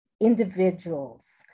individuals